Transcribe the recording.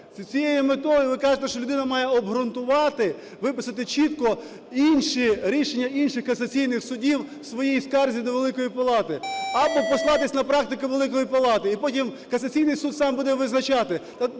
цією метою ви кажете, що людина має обґрунтувати, виписати чітко інші… рішення інших касаційних судів в своїй скарзі до Великої Палати або послатись на практику Великої Палати і потім касаційний суд сам буде визначати.